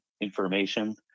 information